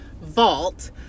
vault